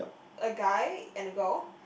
a guy and a girl